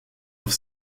auf